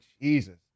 Jesus